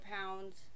pounds